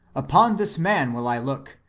upon this man will i look,